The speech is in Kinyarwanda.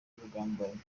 ubugambanyi